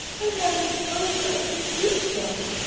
i never supposed i could do so.